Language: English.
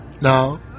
Now